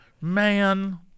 Man